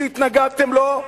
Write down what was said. שהתנגדתם לו,